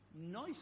nice